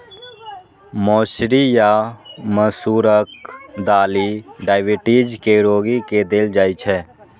मौसरी या मसूरक दालि डाइबिटीज के रोगी के देल जाइ छै